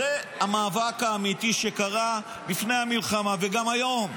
זה המאבק האמיתי שקרה לפני המלחמה וגם היום.